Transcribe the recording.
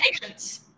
patience